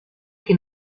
que